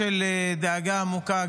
דאגה עמוקה,